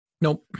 Nope